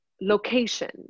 location